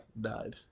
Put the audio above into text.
Died